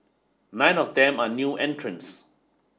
nine of them are new entrants